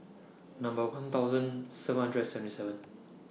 Number one thousand seven hundred and seventy seven